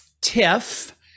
TIFF